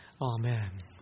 Amen